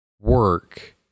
work